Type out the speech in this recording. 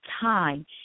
time